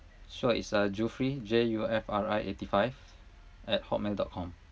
sure it's uh jufri J U F R I eighty five at hotmail dot com